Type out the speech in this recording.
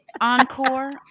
Encore